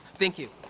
thank you.